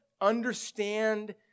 understand